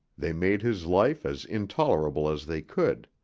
they made his life as intolerable as they could.